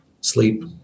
sleep